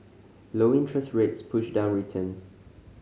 low interest rates push down returns